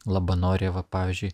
labanore va pavyzdžiui